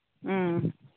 ꯎꯝ